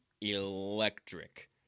electric